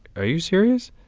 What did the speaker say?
are you serious?